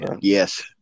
Yes